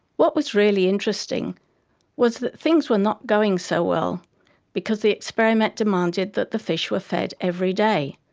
what was really interesting was that things were not going so well because the experiment demanded that the fish were fed every day,